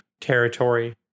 territory